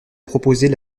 proposer